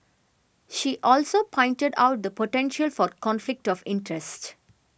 she also pointed out the potential for conflict of interest